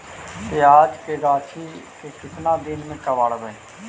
प्याज के गाछि के केतना दिन में कबाड़बै?